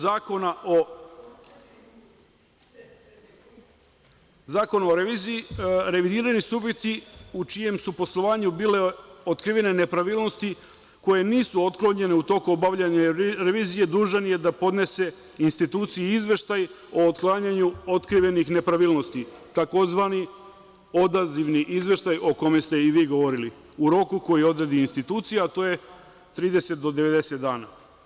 Zakona o reviziji, revidiraju se subjekti u čijem su poslovanju bile otkrivene nepravilnosti koje nisu otklonjene u toku obavljanja revizije - dužan je da podnese instituciji izveštaj o otklanjanju otkrivenih nepravilnosti, tzv. odazivni izveštaj, o kome ste i vi govorili, u roku koji odredi institucija, a to je 30 do 90 dana.